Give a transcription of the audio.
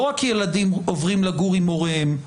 לא רק ילדים עוברים לגור עם הוריהם,